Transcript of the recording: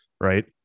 right